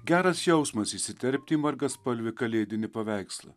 geras jausmas įsiterpti į margaspalvį kalėdinį paveikslą